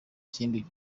ikindi